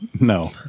No